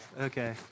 Okay